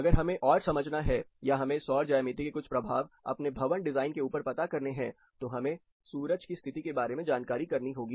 अगर हमें और समझना है या हमें सौर ज्यामिति के कुछ प्रभाव अपने भवन डिजाइन के ऊपर पता करने हैं तो हमें सूरज की स्थिति के बारे में जानकारी करनी होगी